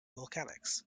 volcanics